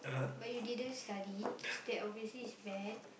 but you didn't study that obviously is bad